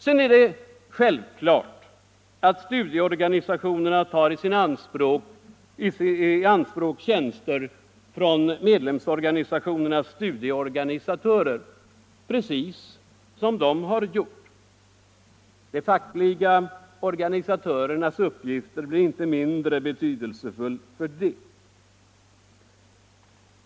Sedan är det självklart att studieorganisationerna tar i anspråk tjänster från medlemsorganisationernas studieorganisatörer, precis som de alltid har gjort. De fackliga organisatörernas uppgifter blir inte mindre betydelsefulla för det.